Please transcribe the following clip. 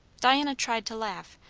diana tried to laugh,